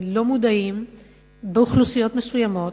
באוכלוסיות מסוימות,